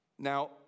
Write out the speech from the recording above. Now